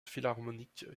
philharmonique